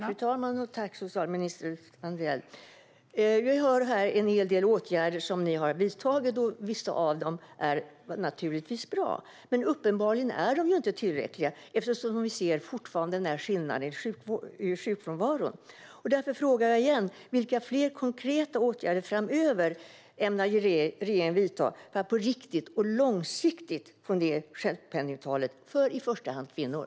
Fru talman! Tack, socialminister Strandhäll! Vi hör här om en hel del åtgärder som ni har vidtagit, och vissa av dem är naturligtvis bra. Men uppenbarligen är de inte tillräckliga eftersom vi fortfarande ser denna skillnad i sjukfrånvaron. Därför frågar jag igen: Vilka fler konkreta åtgärder framöver ämnar regeringen att vidta för att på riktigt och långsiktigt få ned sjukskrivningstalet för i första hand kvinnor?